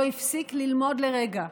לא הפסיק ללמוד לרגע,